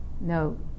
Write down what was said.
no